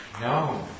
No